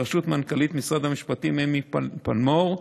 בראשות מנכ"לית משרד המשפטים אמי פלמור,